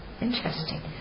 Interesting